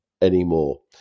anymore